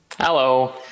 Hello